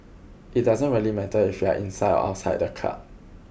it doesn't really matter if you are inside or outside the club